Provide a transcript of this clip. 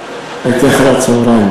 באיזו שעה